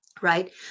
right